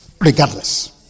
regardless